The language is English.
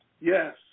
Yes